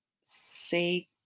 say